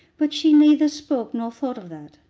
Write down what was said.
but she neither spoke nor thought of that.